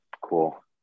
Cool